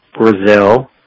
Brazil